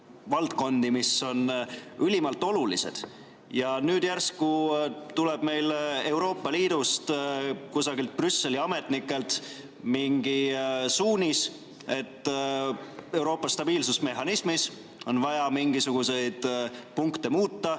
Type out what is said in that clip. valdkondi, mis on ülimalt olulised. Nüüd järsku tuleb meil Euroopa Liidust kusagilt Brüsseli ametnikelt mingi suunis, et Euroopa stabiilsusmehhanismis on vaja mingisuguseid punkte muuta,